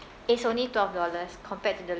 it's only twelve dollars compared to the